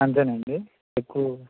అంతేనండి ఎక్కువ